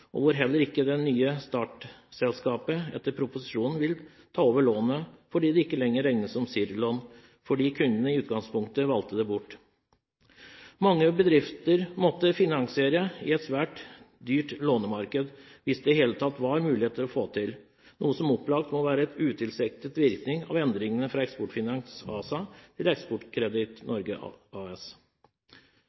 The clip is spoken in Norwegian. og hvor heller ikke det nye statsselskapet etter proposisjonen vil ta over lånene fordi de ikke lenger regnes som CIRR-lån, fordi kundene i utgangspunktet valgte det bort. Mange bedrifter måtte refinansiere i et svært dyrt lånemarked, hvis det i det hele tatt var mulig å få det til, noe som opplagt må være en utilsiktet virkning av endringen fra Eksportfinans ASA til Eksportkreditt Norge AS.